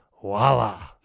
Voila